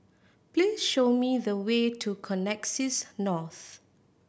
please show me the way to Connexis North